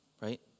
right